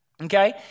Okay